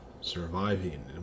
surviving